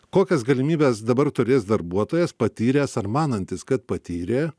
kokias galimybes dabar turės darbuotojas patyręs ar manantis kad patyrė